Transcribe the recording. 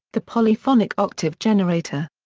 the polyphonic octave generator.